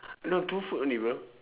no two food only bro